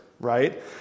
right